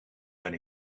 ben